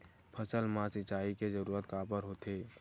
फसल मा सिंचाई के जरूरत काबर होथे?